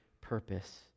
purpose